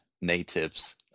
natives